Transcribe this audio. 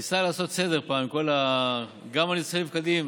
ניסה לעשות פעם סדר גם בנכסי הנפקדים